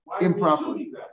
improperly